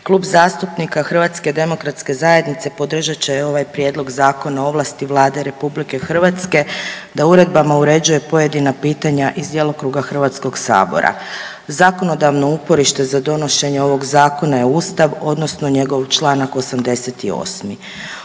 Klub zastupnika HDZ-a podržat će ovaj Prijedlog Zakona o ovlasti Vlade RH da uredbama uređuje pojedina pitanja iz djelokruga Hrvatskog sabora. Zakonodavno uporište za donošenje ovog zakona je Ustav odnosno njegov Članak 88.